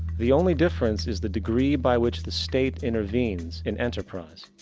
the only difference is the degree by which the state intervenes in enterprise.